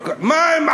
מה עם הדיור?